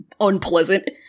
unpleasant